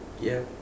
ya